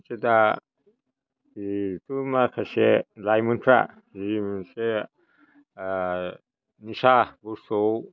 मोनसे दा बेखौ माखासे लाइमोनफ्रा बे मोनसे निसा बुस्थुयाव